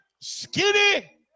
skinny